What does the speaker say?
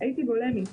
הייתי בולמית,